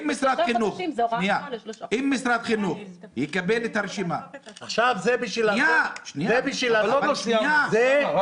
אם משרד החינוך יקבל את הרשימה --- זה בשביל לעשות צדק.